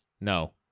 No